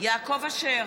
יעקב אשר,